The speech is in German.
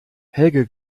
helge